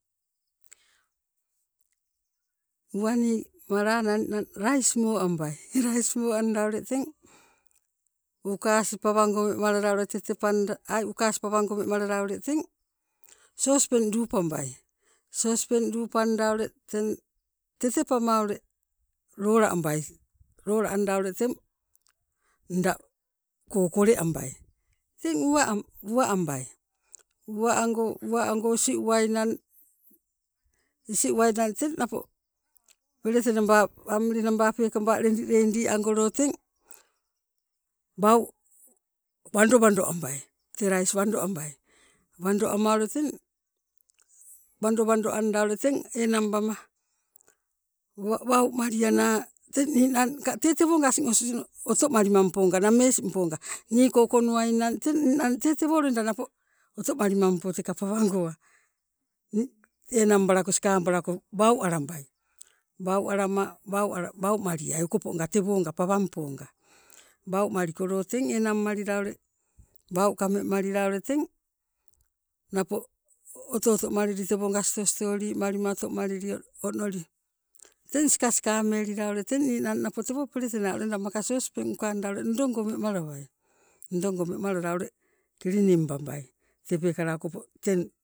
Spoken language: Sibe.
Uwani malana ninang lais moambai, lais moanda ule teng ukawas pawango memalala tetepanda ai ukawas pawango memalala ule teng sospeng lupabai, sospeng lupanda ule teng tetepama ule lola ambai, lola anda ule teng nda ko kole ambai teng uwa ambai. Uwa ango, uwa ango isi uwainang napo pelete naba amili naba lediledi angolo teng wau wandowando abai tee lais wando abai, wando ama ule teng, wandowando anda ule teng enangbama wauwau maliana teng ninangka tewonga osinoke otomalimampo namesimponga, niiko konuwainang teng ninang tee tewo otomalimampo teka pawangoa enang balako sikabala wau alambai, wau alama wau maliai okoponga tewonga pawangponga. Wau malikolo teng enang malila ule wau kamemalila ule teng napo oto oto malili tewonga sto- stoli malima oto malilio onoli teng sikasikamelila ule eng ninangh napo tewo pelete naa maka sospeng naa ukawanda ule memalawai wemalala ule kilining babai.